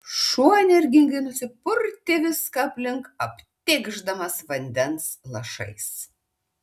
šuo energingai nusipurtė viską aplink aptėkšdamas vandens lašais